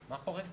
מה חורג תקציבית?